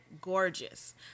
gorgeous